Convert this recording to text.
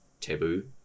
taboo